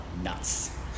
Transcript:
nuts